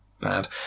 bad